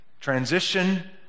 transition